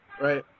right